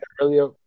earlier